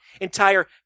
entire